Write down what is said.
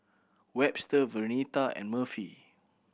Webster Vernetta and Murphy